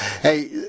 Hey